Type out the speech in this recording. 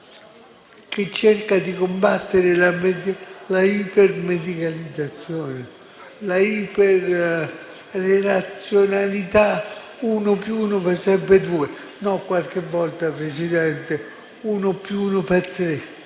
che cerca di combattere la ipermedicalizzazione, la iperrelazionalità. Uno più uno fa sempre due? No. Qualche volta, Presidente, uno più uno fa tre,